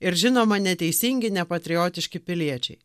ir žinoma neteisingi nepatriotiški piliečiai